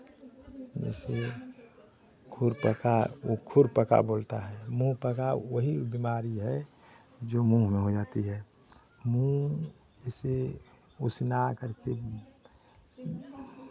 जैसे खुरपका वो खुरपका बोलता है मुंहपका वही बीमारी है जो मुंह हो जाती है मुंह जैसे उसना कर के ही